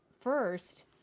first